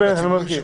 ברית?